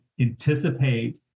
anticipate